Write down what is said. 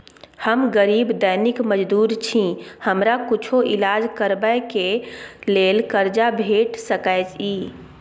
हम गरीब दैनिक मजदूर छी, हमरा कुछो ईलाज करबै के लेल कर्जा भेट सकै इ?